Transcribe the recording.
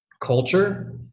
culture